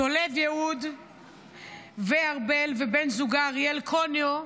דולב יהוד וארבל, ובן זוגה אריאל קוניו,